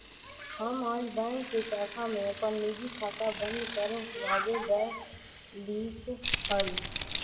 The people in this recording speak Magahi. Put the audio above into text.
हम आज बैंक के शाखा में अपन निजी खाता बंद कर वावे गय लीक हल